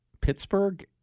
Pittsburgh